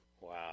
Wow